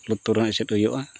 ᱞᱩᱛᱩᱨ ᱦᱚᱸ ᱮᱥᱮᱫ ᱦᱩᱭᱩᱜᱼᱟ